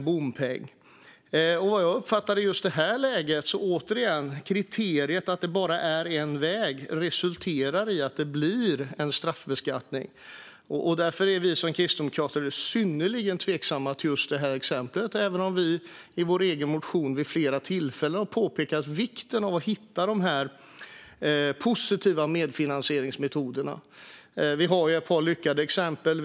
Just i detta läge uppfattar jag, återigen, att detta att det bara finns en väg resulterar i att det blir en straffbeskattning. Därför är vi kristdemokrater synnerligen tveksamma till just detta exempel, även om vi i vår egen motion vid flera tillfällen har påpekat vikten av att hitta de positiva medfinansieringsmetoderna. Vi har ett par lyckade exempel.